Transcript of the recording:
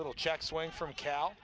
little check swing from cal